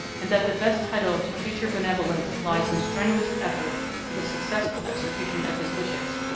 and that the best title to future benevolence lies in strenuous effort for the successful execution of his wishes,